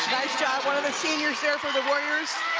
nice job one of the seniors there for the warriors,